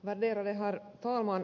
värderade herr talman